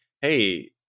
hey